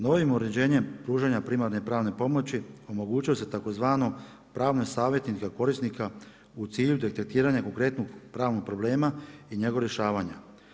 Novim uređenjem pružanja primarne pravne pomoći omogućuje se tzv. pravne savjete za korisnika u cilju detektiranja konkretnog pravnog problema, i njegovog rješavanja.